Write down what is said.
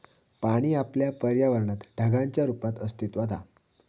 पाणी आपल्या पर्यावरणात ढगांच्या रुपात अस्तित्त्वात हा